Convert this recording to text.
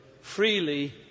freely